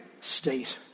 state